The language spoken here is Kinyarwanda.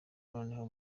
noneho